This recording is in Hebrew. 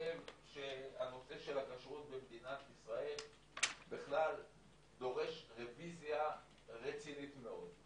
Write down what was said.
הנושא של הכשרות במדינת ישראל בכלל דורש רביזיה רצינית מאוד.